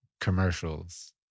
commercials